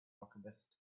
alchemist